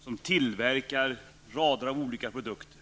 som tillverkar rader av olika produkter.